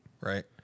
right